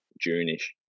June-ish